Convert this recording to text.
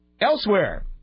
Elsewhere